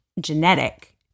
genetic